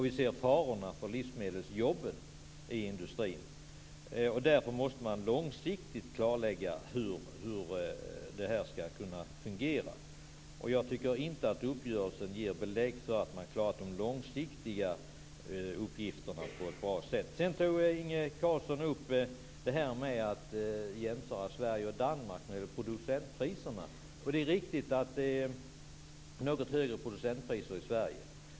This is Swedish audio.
Vi ser att jobben inom livsmedelsindustrin är i fara. Därför måste det ske ett långsiktigt klarläggande av hur det hela skall fungera. Jag tycker inte att uppgörelsen ger belägg för att man har klarat de långsiktiga uppgifterna bra. Inge Carlsson tog upp frågan om att jämföra Sveriges och Danmarks producentpriser. Det är riktigt att det är något högre producentpriser i Sverige.